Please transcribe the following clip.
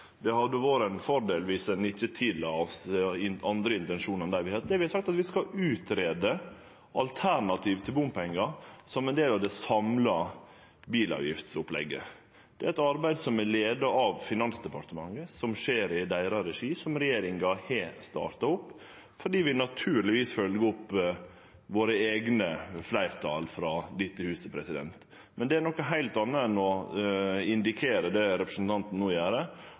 Det hadde vore ein fordel viss ein ikkje tilla oss andre intensjonar enn dei vi har. Det vi har sagt, er at vi skal utgreie alternativ til bompengar som ein del av det samla bilavgiftsopplegget. Det er eit arbeid som er leidd av Finansdepartementet, som skjer i deira regi, og som regjeringa har starta opp fordi vi naturlegvis følgjer opp våre eigne fleirtal frå dette huset. Men det er noko heilt anna enn å indikere det representanten no gjer,